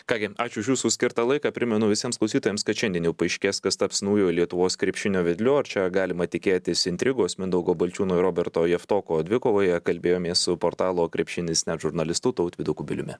ką gi ačiū už jūsų skirtą laiką primenu visiems klausytojams kad šiandien jau paaiškės kas taps naujuoju lietuvos krepšinio vedliu ar čia galima tikėtis intrigos mindaugo balčiūno ir roberto javtoko dvikovoje kalbėjomės su portalo krepšinis net žurnalistu tautvydu kubiliumi